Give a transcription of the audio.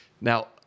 now